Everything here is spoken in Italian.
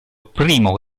primo